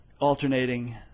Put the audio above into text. alternating